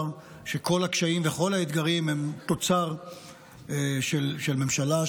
שכל הקשיים וכל האתגרים הם תוצר של ממשלה,